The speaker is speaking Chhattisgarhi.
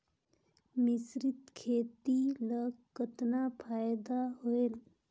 मिश्रीत खेती ल कतना फायदा होयल?